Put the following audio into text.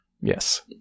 Yes